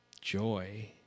joy